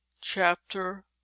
chapter